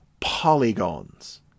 Polygons